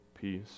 peace